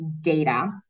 data